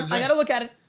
i gotta look at it.